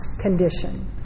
condition